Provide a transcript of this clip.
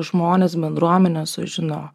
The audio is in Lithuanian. žmonės bendruomenės sužino